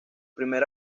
primer